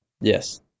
Yes